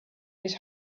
his